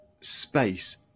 space